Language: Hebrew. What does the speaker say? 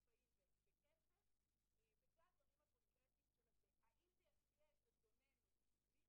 שיודעת להזדהות ולהזיז דברים.